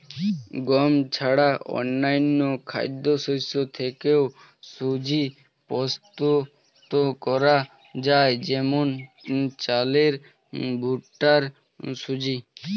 গম ছাড়া অন্যান্য খাদ্যশস্য থেকেও সুজি প্রস্তুত করা যায় যেমন চালের ভুট্টার সুজি